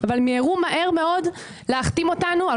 אבל מיהרו מהר מאוד להחתים אותנו על